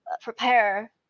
prepare